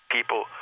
People